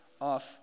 off